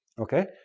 okay?